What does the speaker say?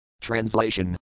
Translation